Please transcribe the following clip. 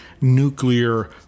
nuclear